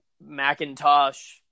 Macintosh